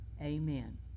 Amen